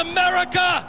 America